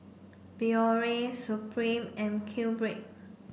Biore Supreme and QBread